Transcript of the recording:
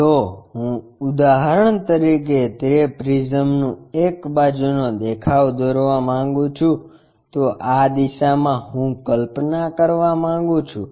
જો હું ઉદાહરણ તરીકે તે પ્રિઝમનું એક બાજુનો દેખાવ દોરવા માંગું છું તો આ દિશામાં હું કલ્પના કરવા માંગું છું